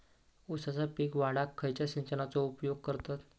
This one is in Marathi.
ऊसाचा पीक वाढाक खयच्या सिंचनाचो उपयोग करतत?